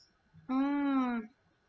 oh